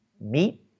meat